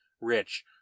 rich